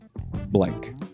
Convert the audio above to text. blank